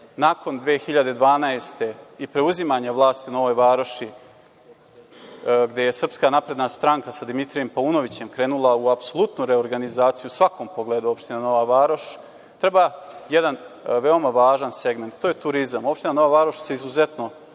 nakon 2012. godine i preuzimanja vlasti u Novoj Varoši, gde je se SNS sa Dimitrijem Paunovićem krenula u apsolutno reorganizaciju u svakom pogledu opštine Nova Varoš, treba jedan veoma važan segment, to je turizam. Opština Nova Varoš se izuzetno